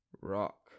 rock